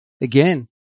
again